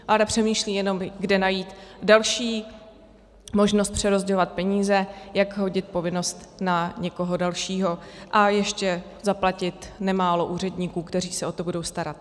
Vláda přemýšlí jenom, kde najít další možnost přerozdělovat peníze, jak hodit povinnost na někoho dalšího a ještě zaplatit nemálo úředníků, kteří se o to budou starat.